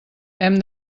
hem